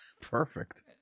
Perfect